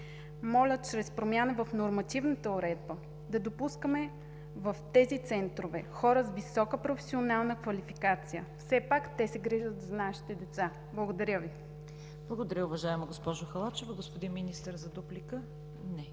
моля чрез промяна в нормативната уредба да допускаме в тези центрове хора с висока професионална квалификация. Все пак те се грижат за нашите деца. Благодаря Ви. ПРЕДСЕДАТЕЛ ЦВЕТА КАРАЯНЧЕВА: Благодаря Ви, уважаема госпожо Халачева. Господин Министър, за дуплика? Не.